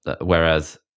whereas